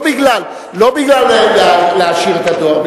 לא בשביל להשאיר את הדואר,